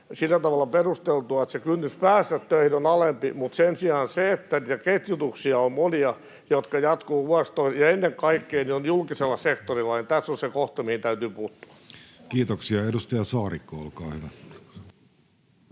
sillä tavalla perusteltua, että kynnys päästä töihin on alempi. Mutta sen sijaan siinä, että näitä ketjutuksia on monia, ne jatkuvat vuosia, ja ennen kaikkea, että ne ovat julkisella sektorilla, on se kohta, mihin täytyy puuttua. Kiitoksia. — Edustaja Saarikko, olkaa hyvä.